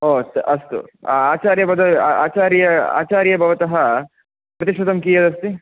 ओ अस्तु अस्तु आचार्य पद आचार्य आचार्य भवतः प्रतिशतं कियदस्ति